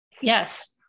Yes